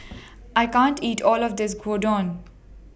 I can't eat All of This Gyudon